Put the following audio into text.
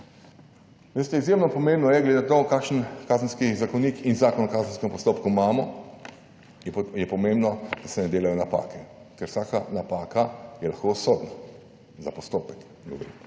Veste izjemno pomembno je, glede na to kakšen Kazenski zakonik in Zakon o kazenskem postopku imamo, je pomembno, da se ne delajo napake, ker vsaka napaka je lahko usodna, za postopek govorim.